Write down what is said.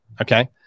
Okay